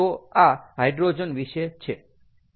તો આ હાઈડ્રોજન વિશે છે